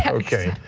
yeah okay.